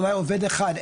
אולי עובד אחד.